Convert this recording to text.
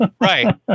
Right